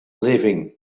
living